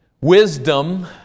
Wisdom